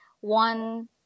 one